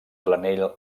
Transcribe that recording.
planell